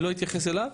אני לא אתייחס אליו.